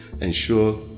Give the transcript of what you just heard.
ensure